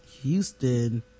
Houston